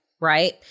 right